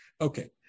Okay